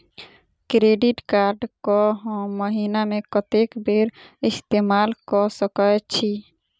Credit card कऽ हम महीना मे कत्तेक बेर इस्तेमाल कऽ सकय छी?